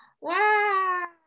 wow